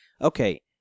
okay